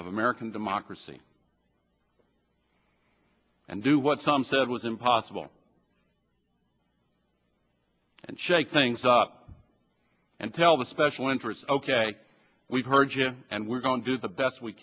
of american democracy and do what some said was impossible and shake things up and tell the special interests ok we've heard you and we're going to do the best we